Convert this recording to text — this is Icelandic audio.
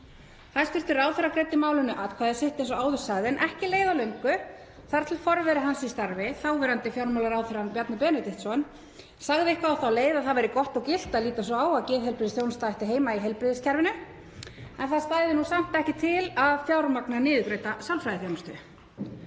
Hæstv. ráðherra greiddi málinu atkvæði sitt eins og áður sagði en ekki leið á löngu þar til forveri hans í starfi, þáverandi fjármálaráðherra, Bjarni Benediktsson, sagði eitthvað á þá leið að það væri gott og gilt að líta svo á að geðheilbrigðisþjónusta ætti heima í heilbrigðiskerfinu en það stæði nú samt ekki til að fjármagna niðurgreidda sálfræðiþjónustu.